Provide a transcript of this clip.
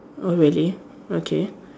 oh really okay